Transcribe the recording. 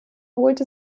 holte